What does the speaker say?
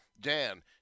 Dan